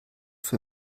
für